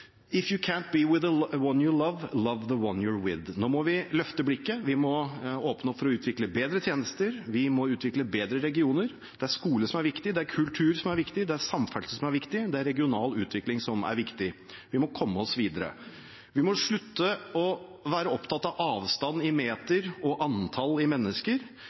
one you’re with.» Nå må vi løfte blikket, vi må åpne opp for å utvikle bedre tjenester, og vi må utvikle bedre regioner. Det er skole som er viktig, det er kultur som er viktig, det er samferdsel som er viktig, og det er regional utvikling som er viktig. Vi må komme oss videre. Vi må slutte med å være opptatt av avstand i meter og antall mennesker.